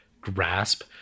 grasp